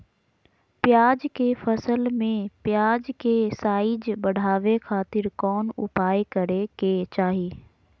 प्याज के फसल में प्याज के साइज बढ़ावे खातिर कौन उपाय करे के चाही?